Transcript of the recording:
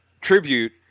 tribute